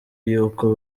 y’uko